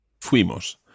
Fuimos